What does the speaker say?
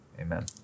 Amen